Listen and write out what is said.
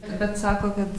bet sako kad